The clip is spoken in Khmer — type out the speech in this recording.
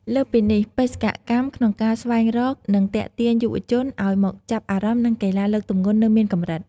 លើសពីនេះបេសកកម្មក្នុងការស្វែងរក និងទាក់ទាញយុវជនឱ្យមកចាប់អារម្មណ៍នឹងកីឡាលើកទម្ងន់នៅមានកម្រិត។